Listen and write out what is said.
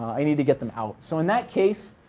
i need to get them out. so in that case,